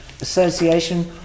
association